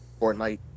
Fortnite